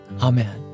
Amen